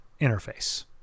interface